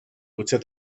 potser